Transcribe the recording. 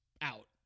out